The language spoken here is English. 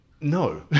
No